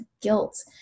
guilt